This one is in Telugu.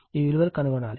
ఈ విలువలు కనుగొనాలి